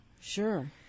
sure